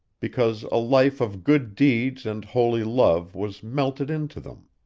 because a life of good deeds and holy love was melted into them.